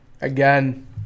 Again